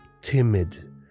timid